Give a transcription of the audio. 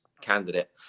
candidate